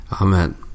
Amen